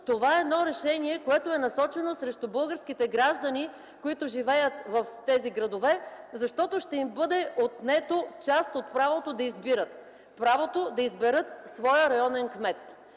това е едно решение, което е насочено срещу българските граждани, които живеят в тези градове, защото ще им бъде отнето част от правото да избират – правото да изберат своя районен кмет.